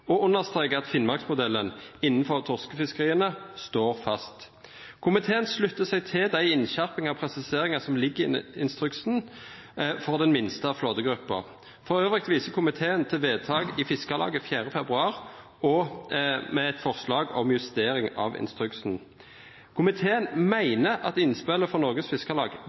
og understrekar at «Finnmarksmodellen» innan torskefiskeria står fast. Komiteen sluttar seg til dei innskjerpingar og presiseringar som ligg i instruksen for den minste flåtegruppa. Elles viser komiteen til vedtaket i Fiskarlaget 4. februar i år, med eit forslag om justering av instruksen. Komiteen meiner at innspela frå Noregs Fiskarlag